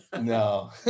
No